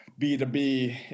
B2B